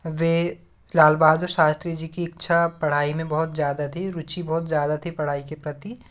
वे लाल बहादुर शास्त्री जी की इच्छा पढ़ाई में बहुत ज़्यादा थी रुचि बहुत ज़्यादा थी पढ़ाई के प्रति